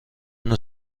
نوع